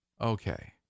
Okay